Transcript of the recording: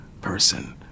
person